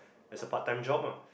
as a part time job ah